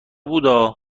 بودا